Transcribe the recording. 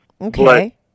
Okay